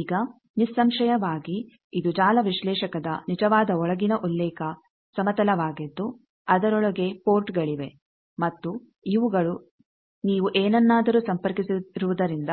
ಈಗ ನಿಸ್ಸಂಶಯವಾಗಿ ಇದು ಜಾಲ ವಿಶ್ಲೇಷಕದ ನಿಜವಾದ ಒಳಗಿನ ಉಲ್ಲೇಖ ಸಮತಲವಾಗಿದ್ದು ಅದರೊಳಗೆ ಪೋರ್ಟ್ಗಳಿವೆ ಮತ್ತು ಇವುಗಳು ನೀವು ಏನನ್ನಾದರೂ ಸಂಪರ್ಕಿಸಿರುವುದರಿಂದ